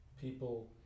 people